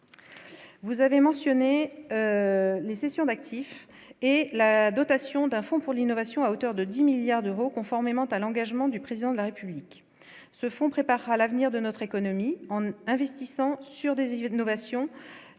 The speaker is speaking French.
Vous avez mentionné nécessaire d'actifs et la dotation d'un fonds pour l'innovation, à hauteur de 10 milliards d'euros, conformément à l'engagement du président de la République, ce fonds préparera l'avenir de notre économie en n'investissant sur des novation